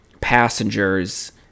passengers